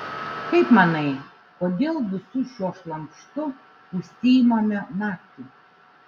kaip manai kodėl visu šiuo šlamštu užsiimame naktį